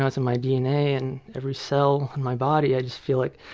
it's in my dna, in every cell in my body i just feel like.